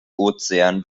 ozean